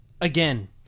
again